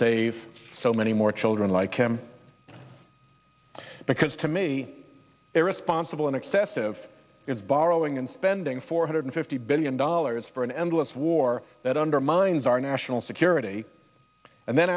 save so many more children like him because to me irresponsible and excessive borrowing and spending four hundred fifty billion dollars for an endless war that undermines our national security and then